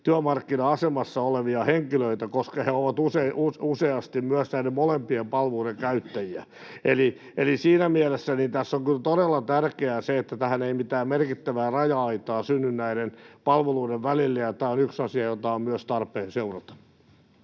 työmarkkina-asemassa olevia henkilöitä, koska he ovat useasti näiden molempien palveluiden käyttäjiä. Siinä mielessä tässä on kyllä todella tärkeää, että tähän ei mitään merkittävää raja-aitaa synny palveluiden välille, ja tämä on yksi asia, jota on myös tarpeen seurata.